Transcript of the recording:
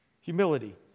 Humility